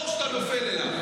תראה את הבור שאתה נופל אליו.